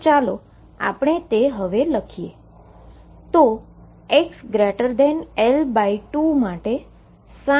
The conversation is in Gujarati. તેથી ચાલો આપણે તે લખીએ